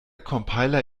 compiler